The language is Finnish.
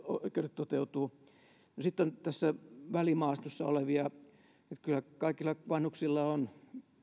oikeudet toteutuvat no sitten on tässä välimaastossa olevia että kyllä kaikilla vanhuksilla on